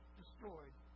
destroyed